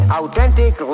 authentic